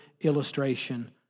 illustration